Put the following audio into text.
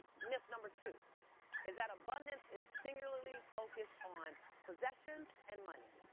myth number two is that abundance is singularly focused on possessions and money.